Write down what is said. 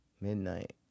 Midnight